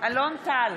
אלון טל,